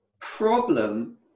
problem